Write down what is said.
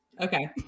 okay